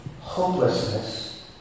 hopelessness